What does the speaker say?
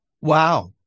Wow